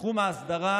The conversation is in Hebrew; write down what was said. תחום האסדרה,